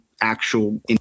actual